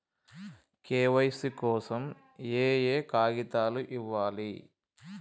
KYC కోసం ఏయే కాగితాలు ఇవ్వాలి?